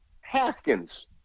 Haskins